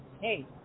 hey